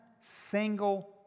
single